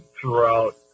throughout